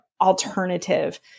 alternative